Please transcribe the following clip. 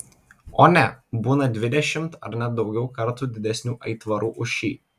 o ne būna dvidešimt ar net daugiau kartų didesnių aitvarų už šį